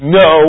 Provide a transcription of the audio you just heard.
no